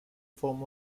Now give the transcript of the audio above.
form